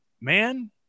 man